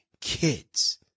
kids